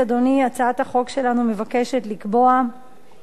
הצעת החוק שלנו מבקשת לקבוע שהצדקה